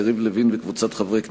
יריב לוין וקבוצת חברי הכנסת,